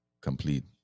complete